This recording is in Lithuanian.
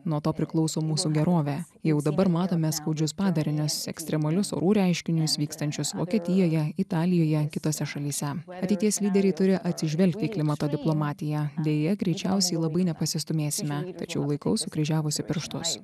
nuo to priklauso mūsų gerovė jau dabar matome skaudžius padarinius ekstremalius orų reiškinius vykstančius vokietijoje italijoje kitose šalyse ateities lyderiai turi atsižvelgt į klimato diplomatiją deja greičiausiai labai nepasistūmėsime tačiau laikau sukryžiavusi pirštus